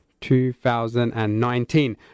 2019